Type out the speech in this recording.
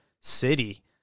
city